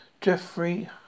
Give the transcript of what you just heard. jeffrey